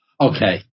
Okay